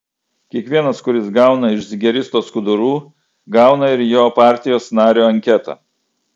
kiekvienas kuris gauna iš zigeristo skudurų gauna ir jo partijos nario anketą